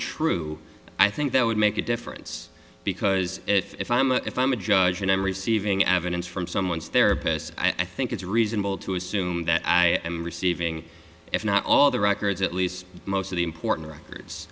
true i think that would make a difference because if i am a if i'm a judge and i'm receiving evidence from someone's therapist i think it's reasonable to assume that i am receiving if not all the records at least most of the important records